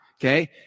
okay